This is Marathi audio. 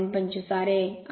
25 ra आहे